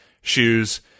shoes